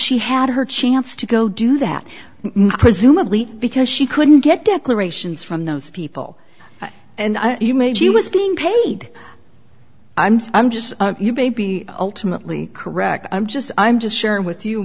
she had her chance to go do that presumably because she couldn't get declarations from those people and he made she was being paid i'm i'm just you baby ultimately correct i'm just i'm just sharing with you